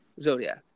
zodiac